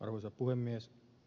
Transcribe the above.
arvoisa puhemies